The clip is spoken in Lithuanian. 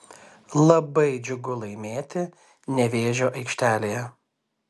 labai džiugu laimėti nevėžio aikštelėje